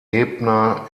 ebner